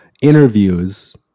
interviews